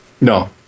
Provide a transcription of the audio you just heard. No